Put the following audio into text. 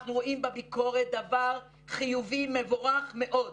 אנחנו רואים בביקורת דבר חיובי, מבורך מאוד.